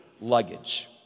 luggage